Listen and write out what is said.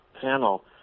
panel